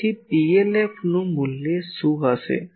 તેથી PLFનું મૂલ્ય શું હશે